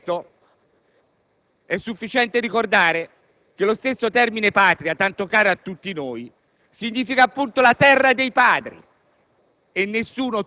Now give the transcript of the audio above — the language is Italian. millenni. È sufficiente ricordare che lo stesso termine patria, tanto caro a tutti noi, significa appunto terra dei padri